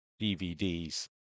DVDs